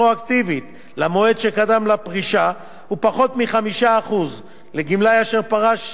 לפרישה הוא פחות מ-5% לגמלאי אשר פרש לפני חודש ינואר 2012